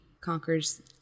conquers